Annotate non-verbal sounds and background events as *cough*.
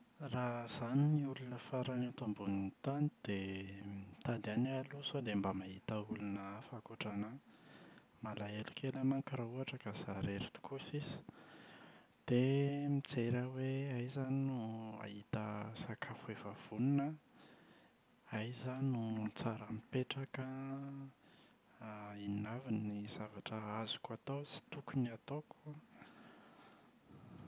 Raha izaho no olona farany eto ambonin’ny tany dia *hesitation* mitady ihany aho aloha sao dia mba mahita olona hafa ankoatra ana. Malahelo kely aho manko raha ohatra ka izaho irery tokoa sisa. Dia *hesitation* mijery aho hoe aiza aho no *hesitation* hahita sakafo efa vonona, aiza aho no tsara mipetraka an? *hesitation* inona avy ny zavatra azoko atao sy tokony ataoko?